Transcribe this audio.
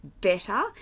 better